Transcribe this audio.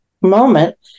moment